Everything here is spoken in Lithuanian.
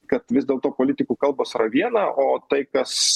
kad vis dėlto politikų kalbos yra viena o tai kas